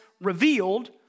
revealed